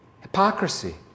hypocrisy